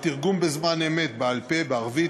בתרגום בזמן אמת בעל-פה בערבית,